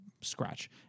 scratch